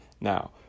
Now